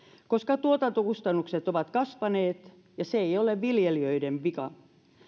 koska tuotantokustannukset ovat kasvaneet ja se ei ole viljelijöiden vika